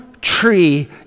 tree